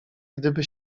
gdyby